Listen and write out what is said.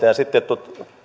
ja sitten